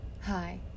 hi